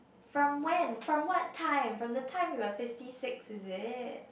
from when from what time from the time you were fifty six is it